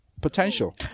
potential